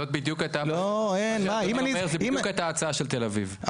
זו בדיוק הייתה ההצעה של תל אביב,